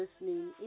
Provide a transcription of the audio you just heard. listening